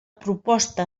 proposta